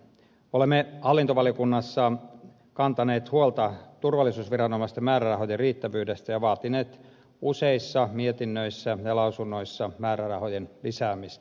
olemme hallintovaliokunnassa kantaneet huolta turvallisuusviranomaisten määrärahojen riittävyydestä ja vaatineet useissa mietinnöissä ja lausunnoissa määrärahojen lisäämistä